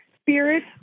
spirit